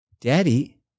Daddy